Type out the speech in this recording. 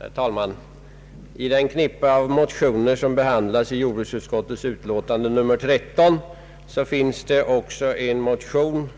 Herr talman! I det knippe av motioner som behandlas i jordbruksutskottets utlåtande nr 13 finns det en motion